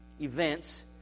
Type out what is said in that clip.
events